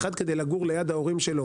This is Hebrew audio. אחד מהם,